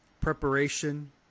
preparation